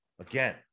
again